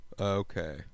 Okay